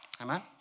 Amen